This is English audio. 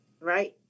right